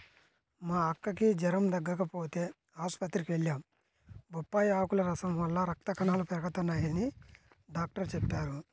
మా అక్కకి జెరం తగ్గకపోతంటే ఆస్పత్రికి వెళ్లాం, బొప్పాయ్ ఆకుల రసం వల్ల రక్త కణాలు పెరగతయ్యని డాక్టరు చెప్పారు